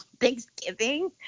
Thanksgiving